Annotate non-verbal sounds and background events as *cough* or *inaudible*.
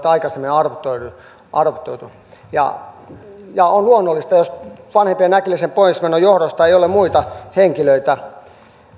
*unintelligible* aikaisemmin adoptoitu on luonnollista jos vanhempien äkillisen poismenon johdosta ei ole muita henkilöitä